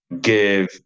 give